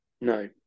No